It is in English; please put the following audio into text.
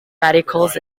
radicals